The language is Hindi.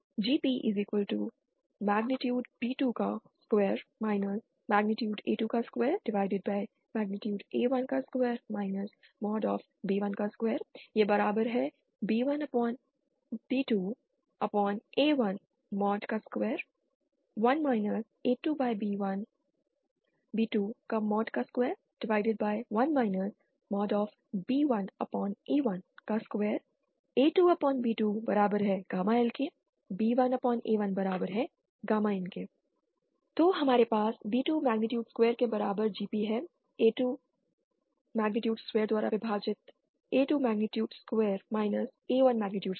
GPb22 a22a12 b12 b2a121 a2b221 b1a12 a2b2L b1a1in तो हमारे पास B2 मेग्नीट्यूड स्क्वेयर के बराबर GPहै A 2 मेग्नीट्यूड स्क्वेयर द्वारा विभाजित A2 magnitude square A1 magnitude square